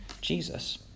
Jesus